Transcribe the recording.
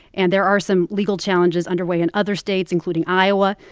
and there are some legal challenges underway in other states, including iowa.